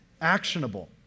actionable